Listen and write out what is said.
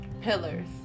pillars